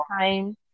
time